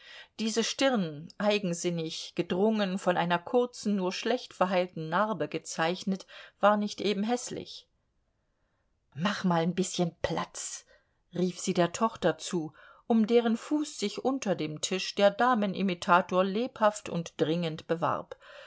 diese stirn eigensinnig gedrungen von einer kurzen nur schlecht verheilten narbe gezeichnet war nicht eben häßlich mach mal n bißchen platz rief sie der tochter zu um deren fuß sich unter dem tisch der damenimitator lebhaft und dringend bewarb